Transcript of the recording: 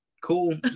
cool